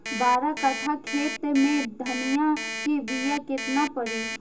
बारह कट्ठाखेत में धनिया के बीया केतना परी?